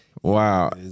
Wow